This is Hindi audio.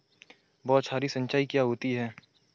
बौछारी सिंचाई क्या होती है?